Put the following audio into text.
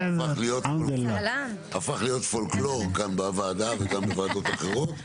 הפך להיות פולקלור כאן בוועדה וגם בוועדות אחרות.